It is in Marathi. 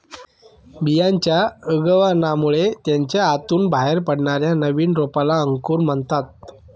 बियांच्या उगवणामुळे त्याच्या आतून बाहेर पडणाऱ्या नवीन रोपाला अंकुर म्हणतात